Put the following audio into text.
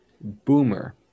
boomer